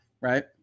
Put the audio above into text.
Right